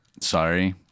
sorry